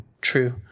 True